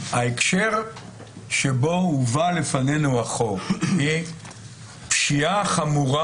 ההקשר שבו הובא לפנינו החוק הוא פשיעה חמורה